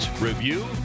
review